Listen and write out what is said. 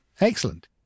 Excellent